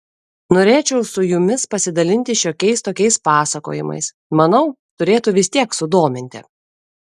norėčiau su jumis pasidalinti šiokiais tokiais pasakojimais manau turėtų vis tiek sudominti